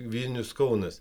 vilnius kaunas